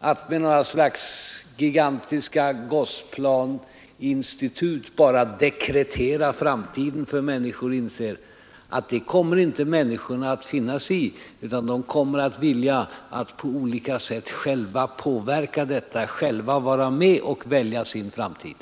att med några slags gigantiska Gosplaninstitut bara dekretera framtiden för människor, att få inse, att det kommer inte människorna att finna sig i, utan de kommer att vilja på olika sätt själva påverka detta, själva vara med och välja sin framtid.